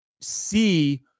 see